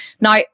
Now